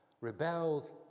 rebelled